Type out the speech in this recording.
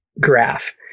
graph